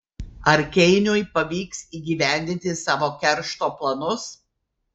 ar keiniui pavyks įgyvendinti savo keršto planus